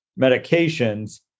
medications